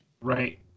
Right